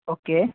okay